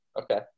Okay